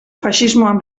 faxismoan